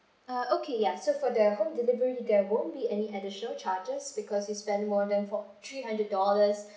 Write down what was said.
uh okay yeah so for the home delivery there won't be any additional charges because you spent more than four three hundred dollars